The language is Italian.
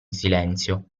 silenzio